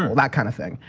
that kind of thing.